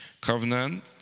covenant